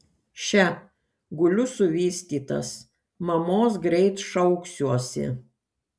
še guliu suvystytas mamos greit šauksiuosi